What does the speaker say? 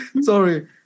Sorry